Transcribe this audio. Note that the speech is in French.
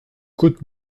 côte